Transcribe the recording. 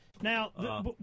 Now